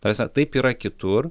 ta prasme taip yra kitur